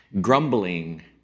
Grumbling